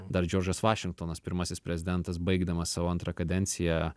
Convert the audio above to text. dar džordžas vašingtonas pirmasis prezidentas baigdamas savo antrą kadenciją